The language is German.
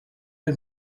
der